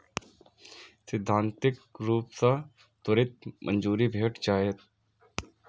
सैद्धांतिक रूप सं त्वरित मंजूरी भेट जायत